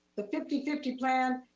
the fifty fifty plan,